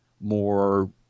more